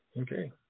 Okay